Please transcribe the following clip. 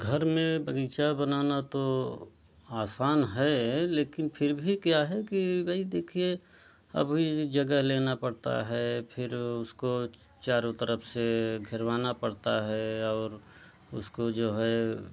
घर में बगीचा बनाना तो आसान है लेकिन फ़िर भी क्या है कि भाई देखिए अब यह यह जगह लेना पड़ता है फ़िर उसको चारों तरफ से घिरवाना पड़ता है और उसको जो है